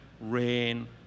rain